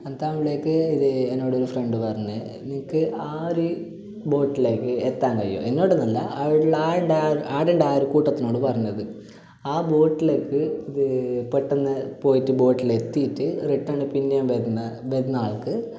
അന്താ അവളേക്ക് ഇത് എന്നോടൊരു ഫ്രെണ്ട് പറഞ്ഞു നിനക്ക് ആ ഒരു ബോട്ടിലേക്ക് എത്താൻ കഴിയുവൊ എന്നോടെന്നല്ല അവിടുള്ള അവിടുണ്ടായ അവിടുണ്ടായ ആൾക്കൂട്ടത്തിനോട് പറഞ്ഞത് ആ ബോട്ടിലേക്ക് ഇത് പെട്ടെന്ന് പോയിട്ട് ബോട്ടിലെത്തീട്ട് റിട്ടെണ് പിന്നയും വരുന്ന വരുന്ന ആൾക്ക്